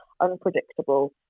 Unpredictable